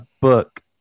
book